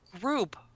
group